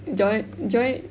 join join